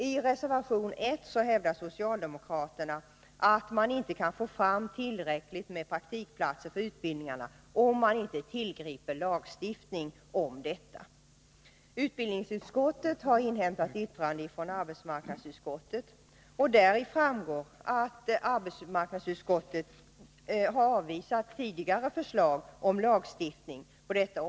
I reservation 1 hävdar socialdemokraterna att man inte kan få fram tillräckligt med praktikplatser för utbildningarna om man inte tillgriper lagstiftning om detta. Utskottet har inhämtat yttrande från arbetsmarknadsutskottet. Däri framgår att arbetsmarknadsutskottet har avvisat tidigare förslag om lagstiftning.